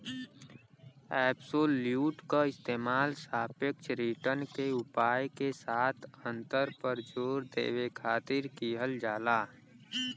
absolute क इस्तेमाल सापेक्ष रिटर्न के उपाय के साथ अंतर पर जोर देवे खातिर किहल जाला